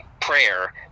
prayer